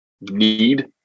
need